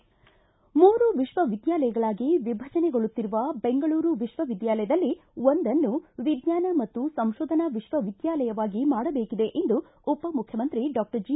ಮೂರು ವಿಶ್ವವಿದ್ಯಾಲಯಗಳಾಗಿ ವಿಭಜನೆಗೊಳ್ಳುತ್ತಿರುವ ಬೆಂಗಳೂರು ವಿಶ್ವ ವಿದ್ಯಾಲಯದಲ್ಲಿ ಒಂದನ್ನು ವಿಜ್ವಾನ ಮತ್ತು ಸಂಶೋಧನಾ ವಿಶ್ವವಿದ್ಯಾಲಯವಾಗಿ ಮಾಡಬೇಕಿದೆ ಎಂದು ಉಪಮುಖ್ಯಮಂತ್ರಿ ಡಾಕ್ಟರ್ ಜಿ